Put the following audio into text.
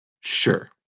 sure